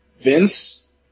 Vince